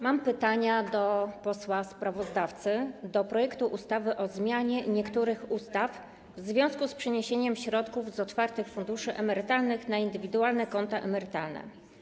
Mam do posła sprawozdawcy pytania dotyczące projektu ustawy o zmianie niektórych ustaw w związku z przeniesieniem środków z otwartych funduszy emerytalnych na indywidualne konta emerytalne.